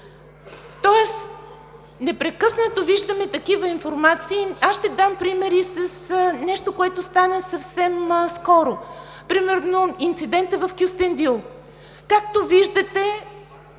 тоест непрекъснато виждаме такива информации. Аз ще дам пример и с нещо, което стана съвсем скоро, примерно инцидентът, който стана в Кюстендил. Както виждате,